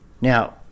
Now